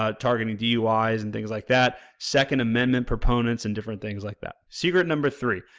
ah targeting duis and things like that, second amendment proponents and different things like that. secret number three,